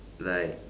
like